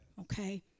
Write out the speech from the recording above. Okay